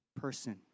person